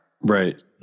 Right